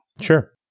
Sure